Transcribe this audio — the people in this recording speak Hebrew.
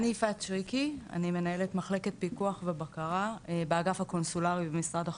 אני מנהלת מחלקת פיקוח ובקרה באגף הקונסולרי במשרד החוץ.